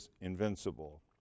invincible